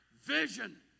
vision